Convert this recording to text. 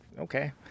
okay